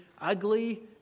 ugly